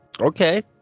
okay